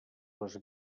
les